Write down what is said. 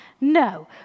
No